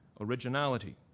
Originality